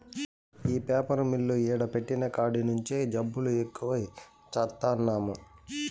ఈ paper mill ఈడ పెట్టిన కాడి నుంచే జబ్బులు ఎక్కువై చత్తన్నాము